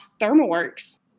ThermalWorks